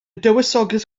dywysoges